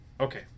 okay